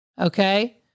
Okay